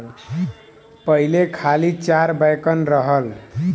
पहिले खाली चार बैंकन रहलन